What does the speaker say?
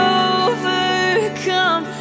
overcome